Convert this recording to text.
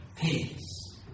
peace